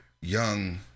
young